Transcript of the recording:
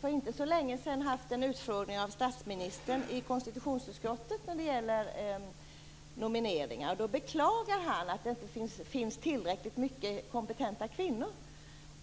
För inte så länge sedan hade vi en utfrågning av statsministern om nomineringar i konstitutionsutskottet. Då beklagade han att det inte finns tillräckligt många kompetenta kvinnor.